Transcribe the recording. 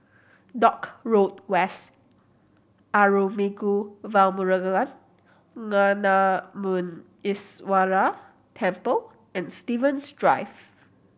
Dock Road West Arulmigu Velmurugan Gnanamuneeswarar Temple and Stevens Drive